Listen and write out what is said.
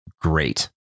great